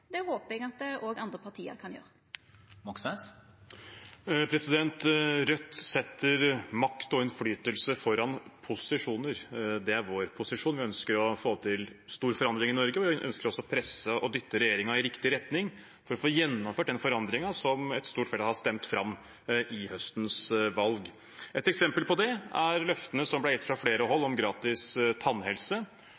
Det håpar eg at òg andre parti kan gjera. Rødt setter makt og innflytelse foran posisjoner. Det er vår posisjon. Vi ønsker å få til stor forandring i Norge og ønsker å presse og dytte regjeringen i riktig retning for å få gjennomført den forandringen som et stort flertall har stemt fram i høstens valg. Et eksempel på det er løftene som ble gitt fra flere hold